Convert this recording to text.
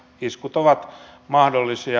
iskut ovat mahdollisia